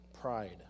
pride